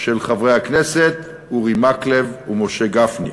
של חברי הכנסת אורי מקלב ומשה גפני,